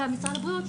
משרד הבריאות,